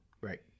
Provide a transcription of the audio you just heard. right